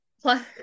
Plus